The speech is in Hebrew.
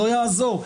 לא יעזור.